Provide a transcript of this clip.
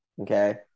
okay